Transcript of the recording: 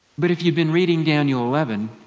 but if you've been reading daniel eleven,